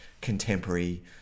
contemporary